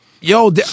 Yo